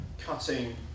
cutting